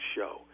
Show